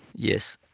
yes.